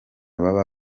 baba